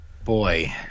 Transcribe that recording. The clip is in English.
Boy